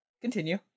Continue